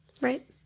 Right